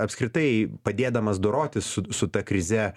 apskritai padėdamas dorotis su su ta krize